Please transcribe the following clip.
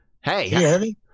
Hey